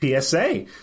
PSA